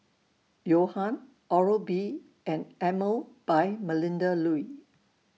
Johan Oral B and Emel By Melinda Looi